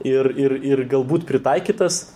ir ir ir galbūt pritaikytas